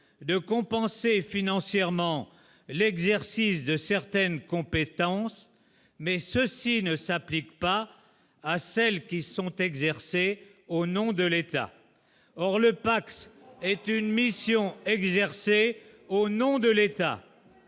de compenser financièrement l'exercice de certaines compétences, mais ceci ne s'applique pas à celles qui sont exercées au nom de l'État, or le Pacs est une mission exercée au nom de l'État.